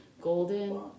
golden